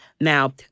Now